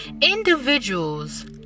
individuals